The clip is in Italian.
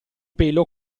pelo